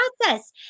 process